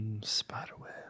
spiderweb